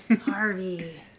Harvey